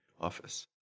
office